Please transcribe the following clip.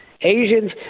Asians